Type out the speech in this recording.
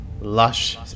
lush